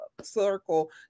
circle